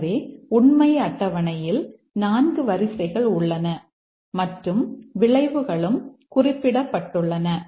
எனவே உண்மை அட்டவணையில் 4 வரிசைகள் உள்ளன மற்றும் விளைவுகளும் குறிப்பிடப்பட்டுள்ளன